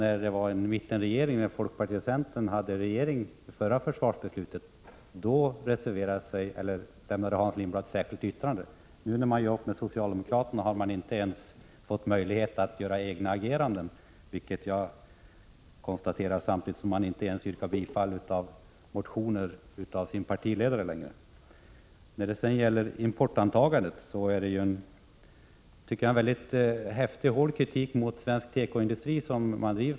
När det var mittenregering med folkpartiet och centern och det förra försvarsbeslutet fattades lämnade Hans Lindblad ett särskilt yttrande. När folkpartiet nu gör upp med socialdemokraterna har man inte ens fått möjlighet att agera på egen hand, samtidigt som man inte längre ens yrkar bifall till motioner av sin partiledare. När det gäller importantagandet driver folkpartiet en häftig och hård kritik mot svensk tekoindustri.